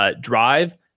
drive